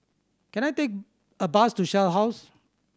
can I take a bus to Shell House